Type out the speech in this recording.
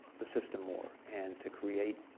the system more and to create